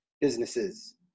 businesses